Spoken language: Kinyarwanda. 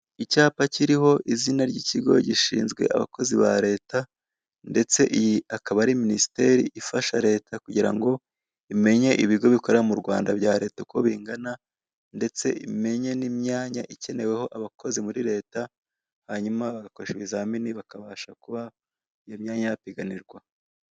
Icyapa kiriho izina ry'ikigo gishinzwe abakozi ba leta, ndetse iyi ikaba ari minisiteri ifasha leta ngo imenye ibigo bikorera mu Rwanda bya leta uko bikangana, ndetse imenye n'imyanya ikeneweho abakozi uko ingana, ngo ibe yapiganirwa.